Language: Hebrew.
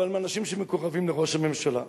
אבל מאנשים שמקורבים לראש הממשלה,